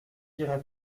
iras